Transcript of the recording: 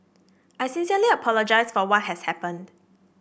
I sincerely apologise for what has happened